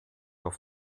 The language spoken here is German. auf